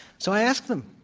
so, i ask them,